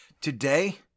Today